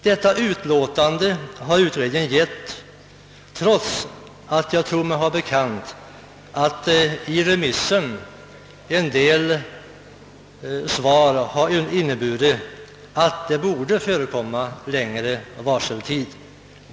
Detta utlåtande har utredningen avgett trots att en del remissvar, däribland från LO, inneburit att det borde förekomma längre varseltid.